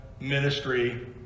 ministry